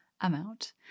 amount